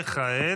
כעת?